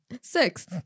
Six